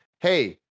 Hey